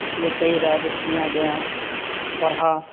اس لیے کئی لائبریریاں گیا پڑھا